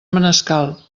manescal